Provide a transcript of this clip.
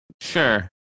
Sure